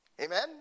Amen